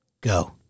Go